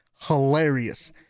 hilarious